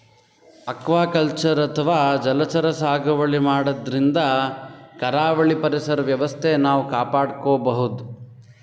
aquaculture ಅಥವಾ ಜಲಚರ ಸಾಗುವಳಿ ಮಾಡದ್ರಿನ್ದ ಕರಾವಳಿ ಪರಿಸರ್ ವ್ಯವಸ್ಥೆ ನಾವ್ ಕಾಪಾಡ್ಕೊಬಹುದ್